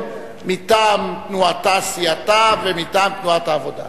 מטעם תנועתה-סיעתה ומטעם תנועת העבודה.